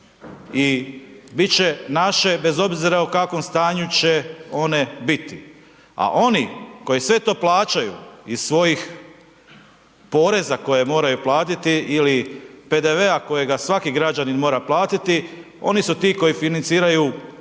i bit će naše bez obzira u kakvom stanju će one biti. A oni koji sve to plaćaju iz svojih poreza koje moraju platiti ili PDV-a kojega svaki građanin mora platiti, oni su ti koji financiraju sve